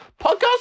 podcast